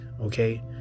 okay